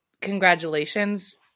congratulations